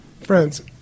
Friends